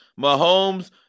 Mahomes